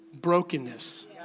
brokenness